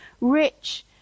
rich